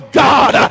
god